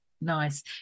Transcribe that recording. Nice